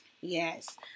Yes